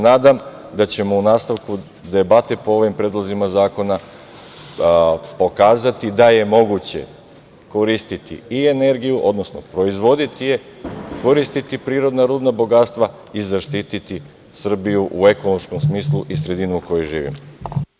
Nadam se da ćemo u nastavku debate po ovim predlozima zakona pokazati da je moguće koristiti i energiju, odnosno proizvoditi je, koristiti prirodna rudna bogatstva i zaštiti Srbiju u ekološkom smislu i sredinu u kojoj živimo.